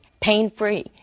pain-free